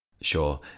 Sure